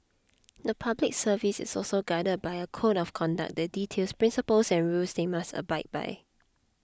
the Public Service is also guided by a code of conduct that details principles and rules they must abide by